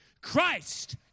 Christ